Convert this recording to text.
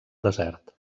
desert